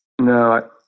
No